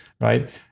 right